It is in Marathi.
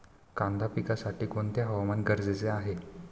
कांदा पिकासाठी कोणते हवामान गरजेचे आहे?